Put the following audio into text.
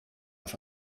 auf